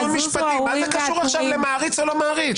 מה זה קשור עכשיו למעריץ או לא מעריץ?